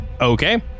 Okay